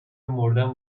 مردن